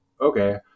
okay